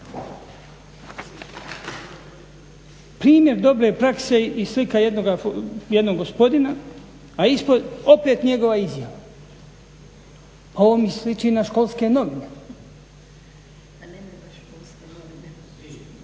primjer dobre prakse i slika jednog gospodina, a ispod opet njegova izjava. Ovo mi sliči na školske novine.